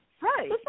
Right